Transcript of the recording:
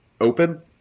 open